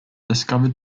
discovered